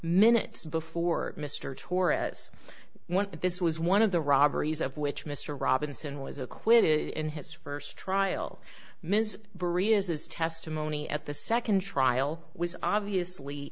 minutes before mr torres went but this was one of the robberies of which mr robinson was acquitted in his first trial ms berea says testimony at the second trial was obviously